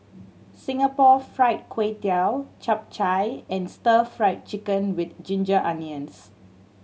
Singapore Fried Kway Tiao Chap Chai and Stir Fried Chicken With Ginger Onions